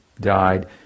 died